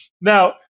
Now